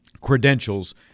credentials